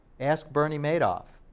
ask bernie madoff,